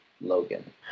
Logan